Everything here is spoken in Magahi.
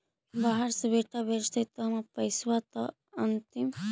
बाहर से बेटा भेजतय त हमर पैसाबा त अंतिम?